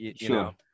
Sure